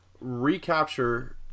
recapture